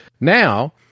now